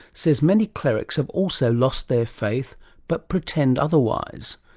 says many clerics have also lost their faith but pretend otherwise.